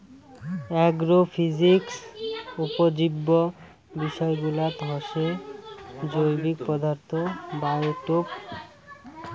agrophysics উপজীব্য বিষয়গুলাত হসে জৈবিক পদার্থ, বায়োটোপ